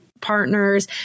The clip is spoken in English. partners